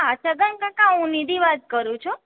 છગનકાકા હું નિધિ વાત કરું છું